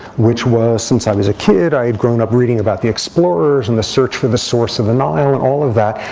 which was since i was a kid, i had grown up reading about the explorers, and the search for the source of the nile and all of that.